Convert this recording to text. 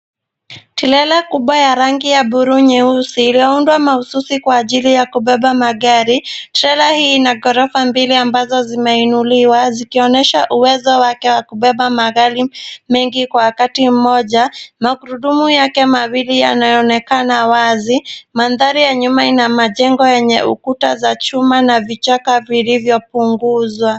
Trela kubwa ya rangi ya buluu nyeusi, iliyoundwa mahususi kwa ajili ya kubeba magari, trela hii ina ghorofa mbili ambazo zimeinuliwa, zikionyesha uwezo wake wa kubeba magari mengi kwa wakati mmoja. Magurudumu yake mawili yanayoonekana wazi, mandhari ya nyuma ina majengo yenye ukuta za chuma na vichaka vilivyo punguzwa.